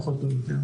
פחות או יותר.